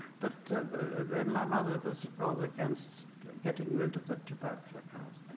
but my mother was rather against getting rid of the tubercular cows.